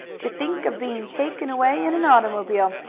to think of being taken away in an automobile!